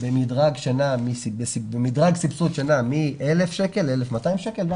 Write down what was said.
במדרג סבסוד שנע מ-1,000 שקלים ל-1,200 שקלים.